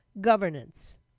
governance